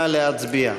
נא להצביע.